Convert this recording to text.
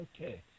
okay